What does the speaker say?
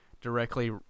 directly